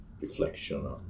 reflection